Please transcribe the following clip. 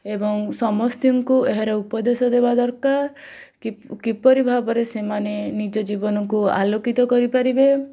ଏବଂ ସମସ୍ତଙ୍କୁ ଏହାର ଉପଦେଶ ଦେବା ଦରକାର କିପରି ଭାବରେ ସେମାନେ ନିଜ ଜୀବନକୁ ଆଲୋକିତ କରିପାରିବେ